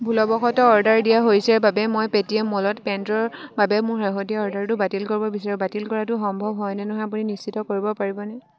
ভুলবশতঃ অৰ্ডাৰ দিয়া হৈছেৰ বাবে মই পেটিএম মলত পেণ্টৰ বাবে মোৰ শেহতীয়া অৰ্ডাৰটো বাতিল কৰিব বিচাৰোঁ বাতিল কৰাটো সম্ভৱ হয় নে নহয় আপুনি নিশ্চিত কৰিব পাৰিবনে